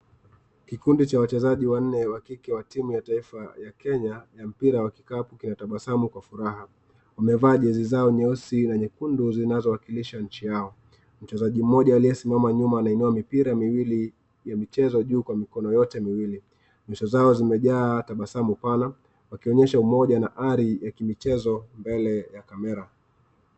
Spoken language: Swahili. Kikundi cha wachezaji wanne wa kike wa timu ya taifa ya Kenya ya mpira ya kikapu wanatabasamu kwa furaha. Wamevaa jezi zao nyeusi na nyekundu zinazowakilisha nchi yao, mchezaji mmoja aliyesimama nyuma anainua mmipira miwili ya michezo juu kwa mikono yote miwili. Nyuso zao zimejaa tabasamu pana wakionyesha umoja na ari ya kimichezo mbele ya kamera.